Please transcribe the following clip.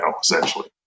essentially